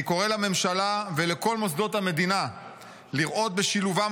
אני קורא לממשלה ולכל מוסדות המדינה לראות בשילובם